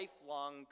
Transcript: lifelong